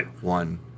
one